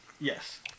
yes